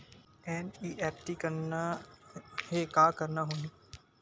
NEFT करना हे का करना होही?